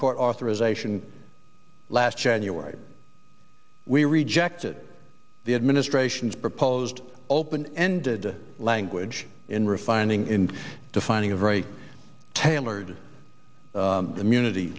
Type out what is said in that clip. court authorization last january we rejected the administration's proposed open ended language in refining in defining a very tailored immunity